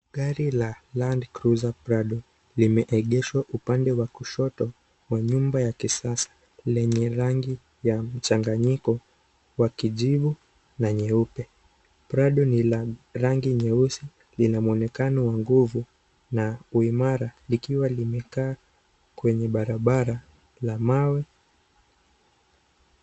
Gari la Land Cruiser Prado limeegeshwa upande wa kushoto wa nyumba ya kisasa lenye rangi ya mchanganyiko wa kijivu na nyeupe . Prado ni la rangi nyeusi lina mwonekano wa nguvu na uimara likiwa limekaa kwenye barabara la mawe.